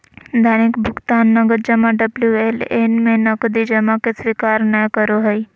दैनिक भुकतान नकद जमा डबल्यू.एल.ए में नकदी जमा के स्वीकार नय करो हइ